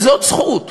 גם זאת זכות.